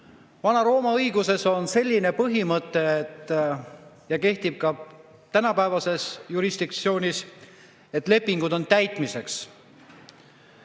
Vana-Rooma õiguses on selline põhimõte, mis kehtib ka tänapäevases jurisdiktsioonis: lepingud on täitmiseks.